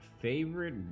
Favorite